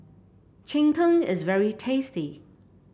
Cheng Tng is very tasty